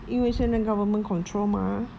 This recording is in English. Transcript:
因为现在 government control mah